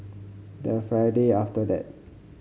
the Friday after that